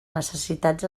necessitats